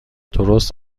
درست